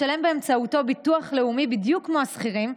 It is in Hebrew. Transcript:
לשלם באמצעותו ביטוח לאומי בדיוק כמו השכירים,